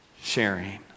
sharing